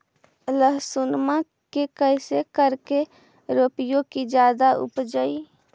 लहसूनमा के कैसे करके रोपीय की जादा उपजई?